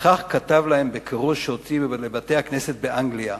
וכך כתב להם בכרוז שהוציא לבתי-הכנסת באנגליה: